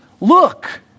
Look